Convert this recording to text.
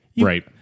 Right